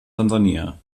tansania